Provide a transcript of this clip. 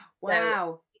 Wow